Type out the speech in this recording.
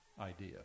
idea